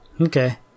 Okay